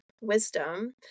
wisdom